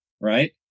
right